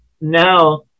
now